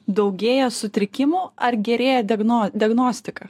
daugėja sutrikimų ar gerėja diagno diagnostika